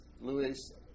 Luis